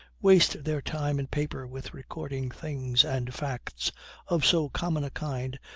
waste their time and paper with recording things and facts of so common a kind,